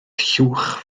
llwch